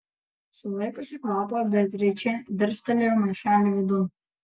sulaikiusi kvapą beatričė dirstelėjo maišelio vidun